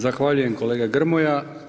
Zahvaljujem kolega Grmoja.